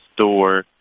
store